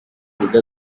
bitega